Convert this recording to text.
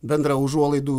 bendrą užuolaidų